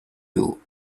you